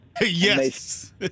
yes